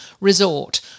resort